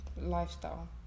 lifestyle